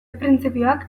printzipioak